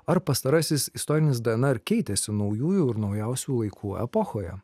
ar pastarasis istorinis dnr keitėsi naujųjų ir naujausių laikų epochoje